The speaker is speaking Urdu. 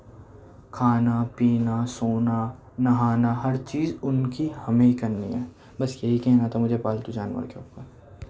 کھانا پینا سونا نہانا ہر چیز اُن کی ہمیں کرنی ہے بس یہی کہنا تھا مجھے پالتو جانور کے اُوپر